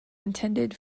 intended